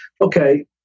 okay